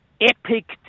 Epic